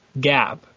gap